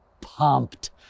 pumped